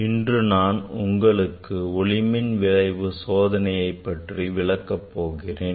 இன்று நான் உங்களுக்கு ஒளிமின் விளைவு சோதனையை பற்றி விளக்கப் போகிறேன்